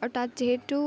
আৰু তাত যিহেতু